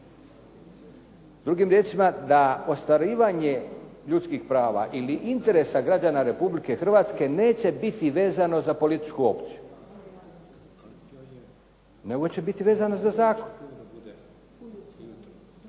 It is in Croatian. Drugim riječima, da ostvarivanje ljudskih prava ili interesa građana Republike Hrvatske neće biti vezano za političku opciju, nego će biti vezano za zakon.